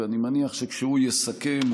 ואני מניח שכאשר הוא יסכם,